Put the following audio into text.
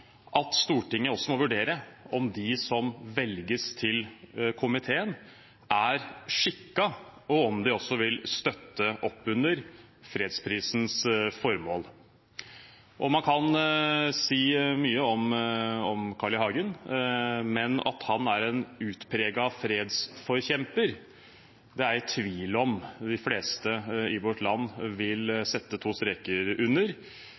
at Stortinget også må vurdere om de som velges til komiteen, er skikket, og om de også vil støtte opp under fredsprisens formål. Man kan si mye om Carl I. Hagen, men at han er en utpreget fredsforkjemper, er jeg i tvil om at de fleste i vårt land vil sette to streker under.